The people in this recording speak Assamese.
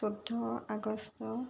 চৈধ্য আগষ্ট